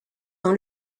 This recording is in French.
dans